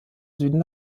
süden